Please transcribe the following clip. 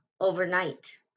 overnight